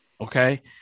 Okay